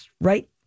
right